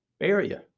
area